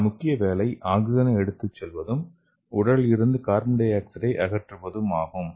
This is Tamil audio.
இதன் முக்கிய வேலை ஆக்ஸிஜனை எடுத்துச் செல்வதும் உடலில் இருந்து கார்பன் டை ஆக்சைடை அகற்றுவதும் ஆகும்